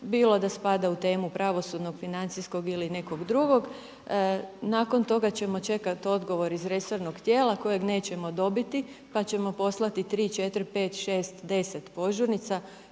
bilo da spada u temu pravosudnog financijskog ili nekog drugog, nakon toga ćemo čekati odgovor iz resornog tijela kojeg nećemo dobiti pa ćemo poslati 3, 4, 5, 6, 10 požurnica.